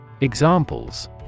Examples